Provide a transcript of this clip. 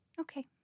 okay